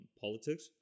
politics